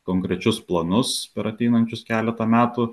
konkrečius planus per ateinančius keletą metų